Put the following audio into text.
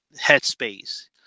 headspace